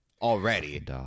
already